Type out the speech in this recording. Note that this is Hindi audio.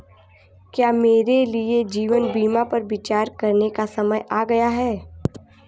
क्या मेरे लिए जीवन बीमा पर विचार करने का समय आ गया है?